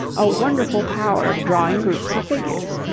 a wonderful power of drawing groups of figures.